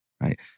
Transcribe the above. right